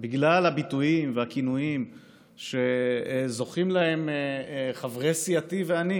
בגלל הביטויים והכינויים שזוכים להם חברי סיעתי ואני.